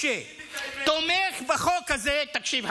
תקשיב,